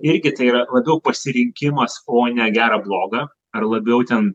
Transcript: irgi tai yra labiau pasirinkimas o ne gera bloga ar labiau ten